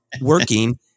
working